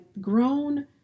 grown